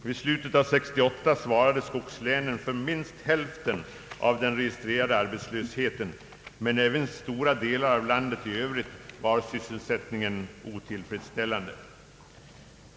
Vid slutet av år 1968 svarade skogslänen för minst hälften av den registrerade arbetslösheten, men även i stora delar av landet i övrigt var sysselsättningen otillfredsställande.